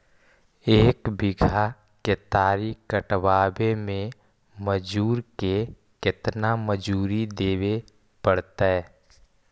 एक बिघा केतारी कटबाबे में मजुर के केतना मजुरि देबे पड़तै?